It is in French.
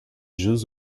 jeux